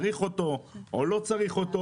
צריך אותו או לא צריך אותו,